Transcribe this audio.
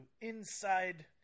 inside